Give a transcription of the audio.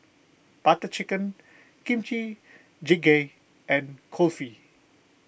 Butter Chicken Kimchi Jjigae and Kulfi